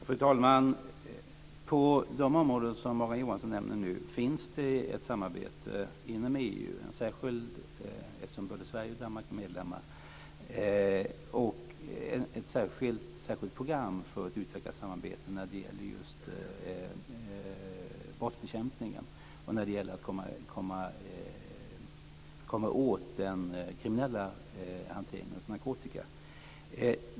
Fru talman! På de områden som Morgan Johansson nu nämner finns det ett samarbete inom EU, och både Sverige och Danmark är ju medlemmar. Det finns ett särskilt program för ett utvecklat samarbete just när det gäller brottsbekämpning och när det gäller att komma åt den kriminella hanteringen av narkotika.